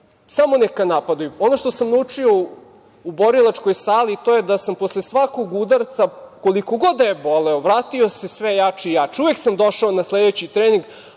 Samo neka napadaju. Ono što sam naučio u borilačkoj sali, to je da sam posle svakog udarca, koliko god da je boleo, vratio se sve jači i jači. Uvek sam došao na sledeći trening,